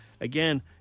Again